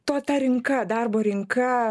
to ta rinka darbo rinka